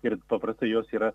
ir paprastai jos yra